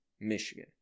Michigan